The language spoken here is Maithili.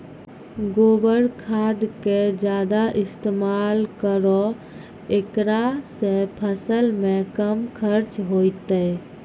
गोबर खाद के ज्यादा इस्तेमाल करौ ऐकरा से फसल मे कम खर्च होईतै?